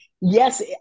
yes